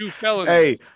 Hey